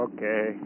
Okay